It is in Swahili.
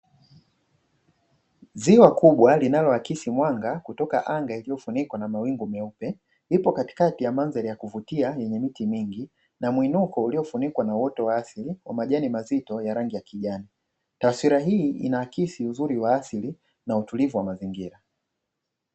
Ziwa kubwa linaloakisi mwanga kutoka anga iliyofunikwa na mawingu meupe, ipo katikati ya mandhari ya kuvutia yenye miti mingi na muinuko uliofunikwa na uoto wa asili, majani mazito ya rangi ya kijani. Taswira hii inaakisi uzuri wa asili na utulivu wa mazingira.